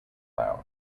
cloud